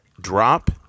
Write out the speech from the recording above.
drop